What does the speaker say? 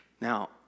Now